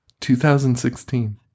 2016